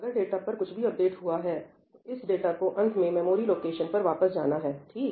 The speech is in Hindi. अगर डाटा पर कुछ भी अपडेट हुआ है तो इस डाटा को अंत में मेमोरी लोकेशन पर वापस जाना है ठीक